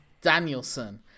Danielson